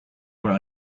were